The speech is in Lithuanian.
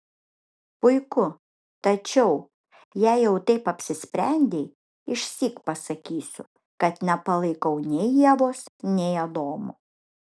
puiku tačiau jei jau taip apsisprendei išsyk pasakysiu kad nepalaikau nei ievos nei adomo